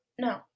no